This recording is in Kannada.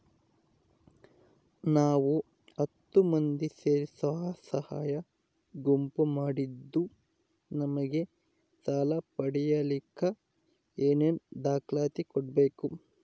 ನಾವು ಹತ್ತು ಮಂದಿ ಸೇರಿ ಸ್ವಸಹಾಯ ಗುಂಪು ಮಾಡಿದ್ದೂ ನಮಗೆ ಸಾಲ ಪಡೇಲಿಕ್ಕ ಏನೇನು ದಾಖಲಾತಿ ಕೊಡ್ಬೇಕು?